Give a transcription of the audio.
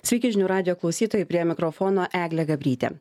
sveiki žinių radijo klausytojai prie mikrofono eglė gabrytė